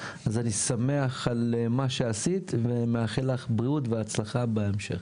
אז אני שמח על מה שעשית ומאחל לך בריאות והצלחה בהמשך.